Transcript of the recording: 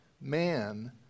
man